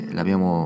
L'abbiamo